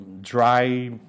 dry